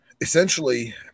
essentially